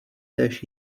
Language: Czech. též